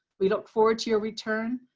we look forward to your return.